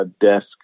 desk